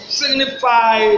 signify